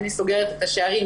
אני סוגרת את השערים,